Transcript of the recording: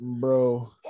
bro